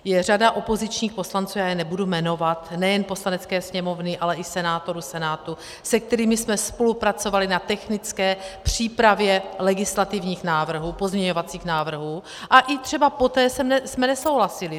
Je řada opozičních poslanců, nebudu je jmenovat, nejen v Poslanecké sněmovně, ale i senátorů v Senátu, se kterými jsme spolupracovali na technické přípravě legislativních návrhů, pozměňovacích návrhů, a i třeba poté jsme nesouhlasili.